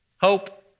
hope